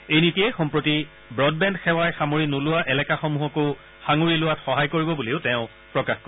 এই নীতিয়ে সম্প্ৰতি ব্ৰডবেণ্ড সেৱা সামৰি নোলোৱা এলেকাসমূহকো সাঙুৰি লোৱাত সহায় কৰিব বুলিও তেওঁ প্ৰকাশ কৰে